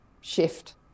shift